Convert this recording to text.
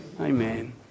Amen